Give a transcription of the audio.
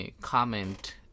comment